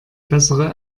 bessere